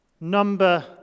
number